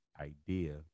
idea